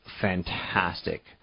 fantastic